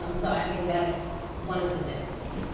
um so i think that's one of the benefits.